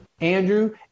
Andrew